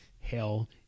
Hell